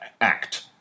act